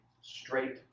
straight